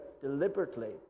deliberately